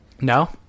No